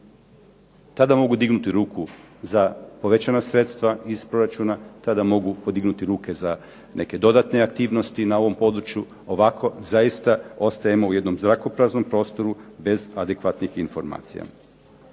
Tada mogu dignuti ruku za povećana sredstva iz proračuna, tada mogu podignuti ruke za neke dodatne aktivnosti na ovom području, ovako zaista ostajemo u jednom zrakopraznom prostoru bez adekvatnih informacija.